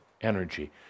energy